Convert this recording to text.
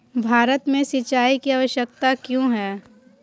भारत में सिंचाई की आवश्यकता क्यों है?